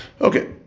Okay